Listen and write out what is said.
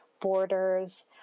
borders